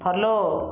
follow